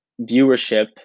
viewership